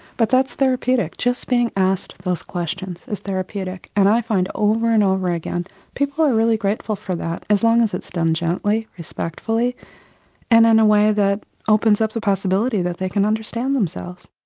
but that's therapeutic, just being asked those questions is therapeutic. and i find over and over again people are really grateful for that as long as it's done gently, respectfully and in a way that opens up the possibility that they can understand themselves.